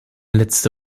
letzte